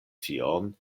tion